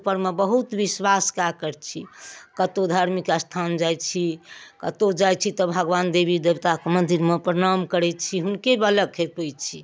बहुत विश्वास कै कऽ छी कतहुँ धार्मिक स्थान जाइत छी कतहुँ जाइत छी तऽ भगबान देवी देवताके मंदिरमे प्रणाम करैत छी हुनके बले खेपैत छी